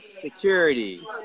Security